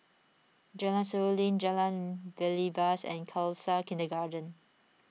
Jalan Seruling Jalan Belibas and Khalsa Kindergarten